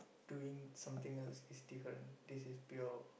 doing something else is different this is pure